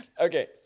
okay